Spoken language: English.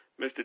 Mr